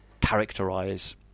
characterize